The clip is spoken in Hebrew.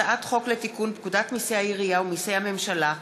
הצעת חוק לתיקון פקודת מסי העירייה ומסי הממשלה (פטורין)